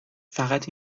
فقط